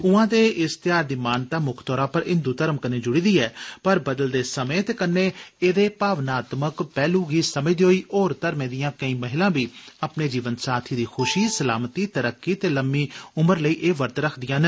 उआं ते इस ध्यार दी मानता मुक्ख तौरा पर हिंदू धर्म कन्नै जुड़ी दी ऐ पर बदलदे समें ते कन्नै एह्दे भावनात्मक पैह्लू गी समसदे होई होर धर्मे दिया केई महिलां बी अपने जीवन साथी दी खुशी सलामती तरक्की ते लम्मी उमर लेई एह वर्त रखदियां न